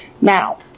now